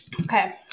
Okay